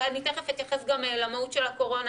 אני תכף אתייחס גם למהות של הקורונה